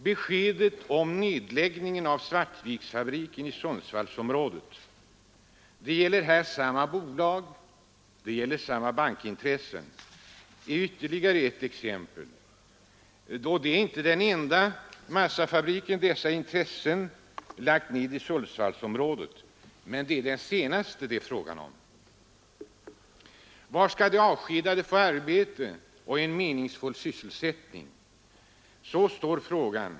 Beskedet om nedläggningen av Svartviksfabriken i Sundsvallsområdet — det gäller här samma bolag, samma bankintressen — är ytterligare ett exempel. Det är inte den enda massafabrik som dessa intressen lagt ned i Sundsvallsområdet, men det är den senaste det är fråga om. Var skall de avskedade få arbete och en meningsfull sysselsättning? Så står frågan.